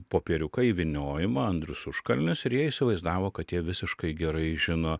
popieriuką įvyniojimą andrius užkalnis ir jie įsivaizdavo kad jie visiškai gerai žino